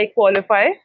qualify